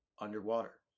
underwater